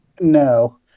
No